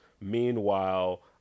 Meanwhile